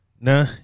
Nah